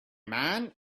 man